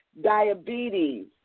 diabetes